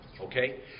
Okay